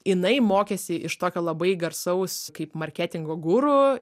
jinai mokėsi iš tokio labai garsaus kaip marketingo guru